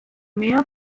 mehr